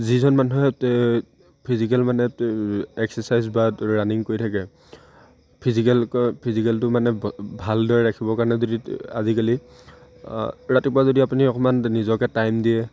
যিজন মানুহে ফিজিকেল মানে এক্সাৰচাইজ বা ৰানিং কৰি থাকে ফিজিকেলকৈ ফিজিকেলটো মানে ভালদৰে ৰাখিবৰ কাৰণে যদি আজিকালি ৰাতিপুৱা যদি আপুনি অকণমান নিজকে টাইম দিয়ে